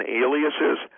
aliases